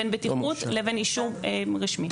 בין בטיחות לבין אישור רשמי.